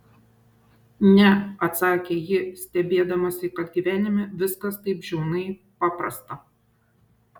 ne atsakė ji stebėdamasi kad gyvenime viskas taip žiaunai paprasta